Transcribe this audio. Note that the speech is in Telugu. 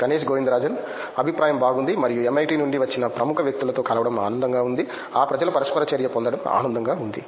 గణేష్ గోవిందరాజన్ అభిప్రాయం బాగుంది మరియు MIT నుండి వచ్చిన ప్రముఖ వ్యక్తులతో కలవడం ఆనందంగా ఉంది ఆ ప్రజలు పరస్పర చర్య పొందడం ఆనందంగా ఉంది